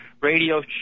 radio